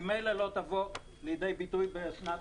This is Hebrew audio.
ממילא לא תבוא לידי ביטוי בשנת